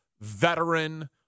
veteran